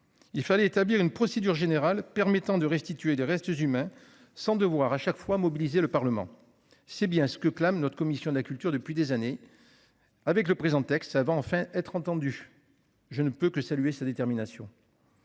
Il fallait donc établir une procédure générale permettant de restituer les restes humains sans mobiliser à chaque fois le Parlement. C'est bien ce que clame notre commission de la culture depuis des années. Avec le présent texte, elle sera enfin entendue. Je ne peux que saluer sa détermination,